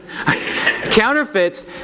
Counterfeits